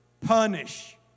punish